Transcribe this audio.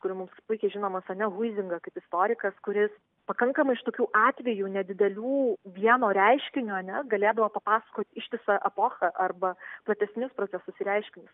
kuri mums puikiai žinomas huizing kaip istorikas kuris pakankamai šitokių atvejų nedidelių vieno reiškinio ar ne galėdavo papasakoti ištisą epochą arba platesnius procesus ir reiškinius